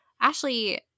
ashley